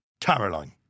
Caroline